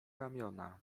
ramiona